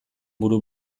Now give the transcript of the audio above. buru